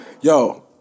Yo